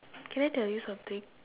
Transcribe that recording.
can I tell you something